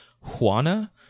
Juana